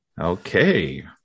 Okay